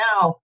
now